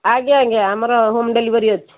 ଆଜ୍ଞା ଆଜ୍ଞା ଆମର ହୋମ୍ ଡେଲିଭରି ଅଛି